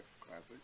Classic